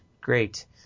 great